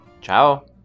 Ciao